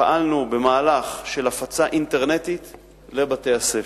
פעלנו במהלך של הפצה אינטרנטית לבתי-הספר.